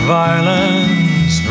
violence